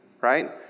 right